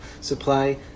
supply